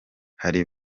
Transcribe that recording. hari